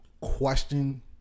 question